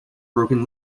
broken